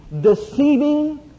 deceiving